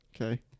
Okay